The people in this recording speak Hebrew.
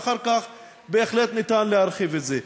ואחר כך בהחלט ניתן להרחיב את זה.